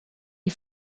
les